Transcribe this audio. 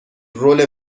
رول